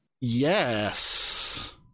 Yes